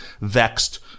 vexed